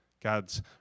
God's